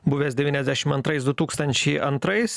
buvęs devyniasdešim antrais du tūkstančiai antrais